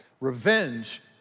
Revenge